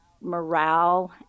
morale